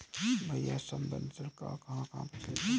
भैया संबंद्ध ऋण कहां कहां प्रचलित है?